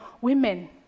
women